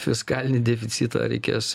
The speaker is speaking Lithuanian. fiskalinį deficitą reikės